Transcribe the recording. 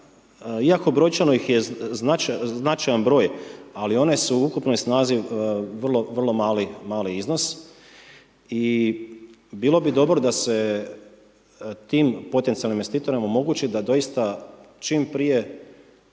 iako brojčano ih je značajan broj, ali one su u ukupnoj snazi vrlo, vrlo mali iznos i bilo bi dobro da se tim potencijalnim investitorima omogući da doista čim prije